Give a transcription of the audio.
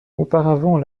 auparavant